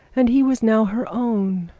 and he was now her own.